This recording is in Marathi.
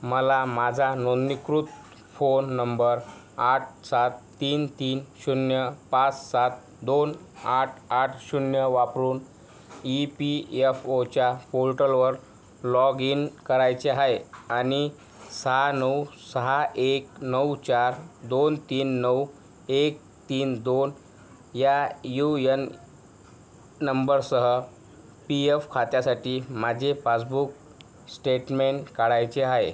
मला माझा नोंदणीकृत फोन नंबर आठ सात तीन तीन शून्य पाच सात दोन आठ आठ शून्य वापरून ई पी यफ ओच्या पोर्टलवर लॉग इन करायचे आहे आणि सहा नऊ सहा एक नऊ चार दोन तीन नऊ एक तीन दोन या यु यन नंबरसह पी एफ खात्यासाठी माझे पासबुक स्टेटमेंट काढायचे आहे